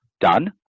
Done